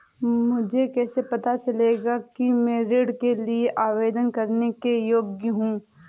मुझे कैसे पता चलेगा कि मैं ऋण के लिए आवेदन करने के योग्य हूँ?